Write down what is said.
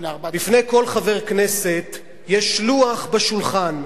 לפני כל חבר כנסת יש לוח של שולחן,